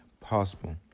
possible